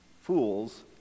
fools